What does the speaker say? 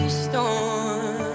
storm